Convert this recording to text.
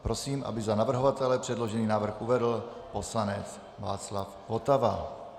Prosím, aby za navrhovatele předložený návrh uvedl poslanec Václav Votava.